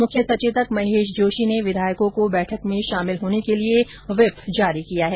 मुख्य संचेतक महेश जोशी ने विधायकों को बैठक में शामिल होने के लिए व्हीप जारी किया है